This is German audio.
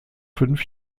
fünf